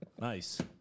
Nice